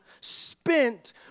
spent